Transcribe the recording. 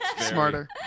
Smarter